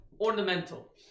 ornamental